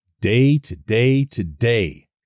Day-to-day-to-day